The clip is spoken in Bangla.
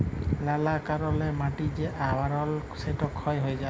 লালা কারলে মাটির যে আবরল সেট ক্ষয় হঁয়ে যায়